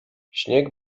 śnieg